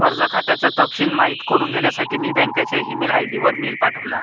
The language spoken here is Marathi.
कर्ज खात्याचा तपशिल माहित करुन घेण्यासाठी मी बँकच्या ई मेल आय.डी वर मेल पाठवला